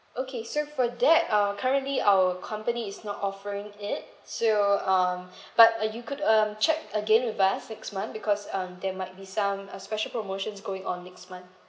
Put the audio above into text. okay so for that uh currently our company is not offering it so um but uh you could um check again with us next month because um there might be some uh special promotions going on next month